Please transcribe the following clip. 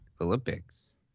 olympics